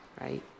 right